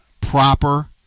proper